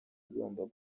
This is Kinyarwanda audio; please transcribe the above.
igomba